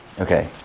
Okay